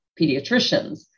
pediatricians